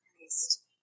Christ